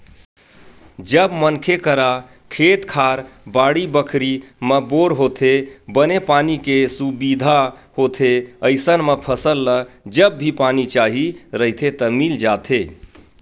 जब मनखे करा खेत खार, बाड़ी बखरी म बोर होथे, बने पानी के सुबिधा होथे अइसन म फसल ल जब भी पानी चाही रहिथे त मिल जाथे